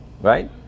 right